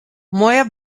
moja